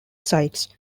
sites